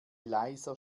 leiser